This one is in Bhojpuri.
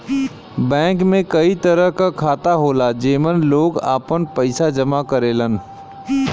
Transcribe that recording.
बैंक में कई तरह क खाता होला जेमन लोग आपन पइसा जमा करेलन